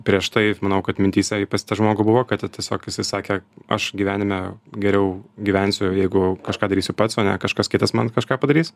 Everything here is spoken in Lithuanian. prieš taip manau kad mintyse i pas tą žmogų buvo kad tiesiog jisai sakė aš gyvenime geriau gyvensiu jeigu kažką darysiu pats o ne kažkas kitas man kažką padarys